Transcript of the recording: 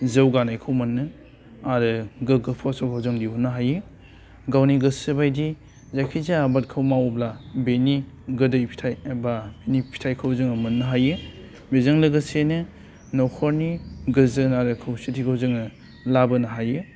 जौगानायखौ मोनो आरो गोग्गो फसलखौ जों दिहुन्नो हायो गावनि गोसो बायदि जायखि जाया आबादखौ मावोब्ला बिनि गोदै फिथाइ एबा बिनि फिथाइखौ जों मोननो हायो बेजों लोगोसेनो नख'रनि गोजोन आरो खौसेथिखौ जोङो लाबोनो हायो